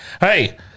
hey